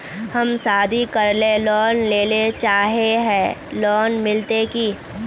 हम शादी करले लोन लेले चाहे है लोन मिलते की?